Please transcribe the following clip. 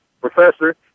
professor